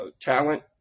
talent